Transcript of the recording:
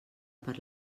per